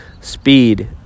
speed